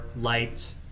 light